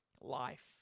life